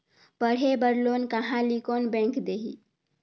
पढ़े बर लोन कहा ली? कोन बैंक देही?